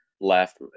left